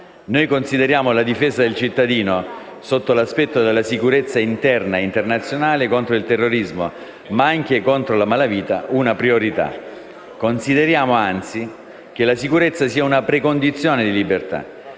Noi consideriamo la difesa del cittadino sotto l'aspetto della sicurezza interna e internazionale contro il terrorismo, ma anche contro la malavita, una priorità. Consideriamo, anzi, che la sicurezza sia una precondizione di libertà.